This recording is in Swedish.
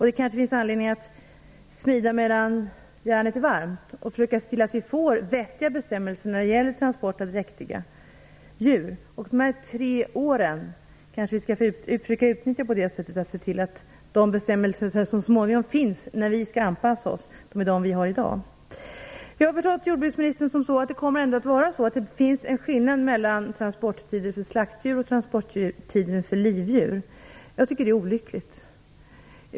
Det kanske finns anledning att smida medan järnet är varmt och försöka se till att vi får vettiga bestämmelser när det gäller transport av dräktiga djur. Vi borde kanske försöka utnyttja de tre åren till att se till att de bestämmelser som finns när vi så småningom skall anpassa oss är de regler vi har i dag. Jag har förstått av jordbruksministern att det kommer att vara en skillnad mellan reglerna för transport av slaktdjur och reglerna för transport av livdjur. Jag tycker att det är olyckligt.